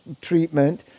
treatment